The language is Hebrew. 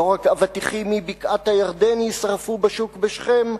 לא רק אבטיחים מבקעת-הירדן יישרפו בשוק בשכם,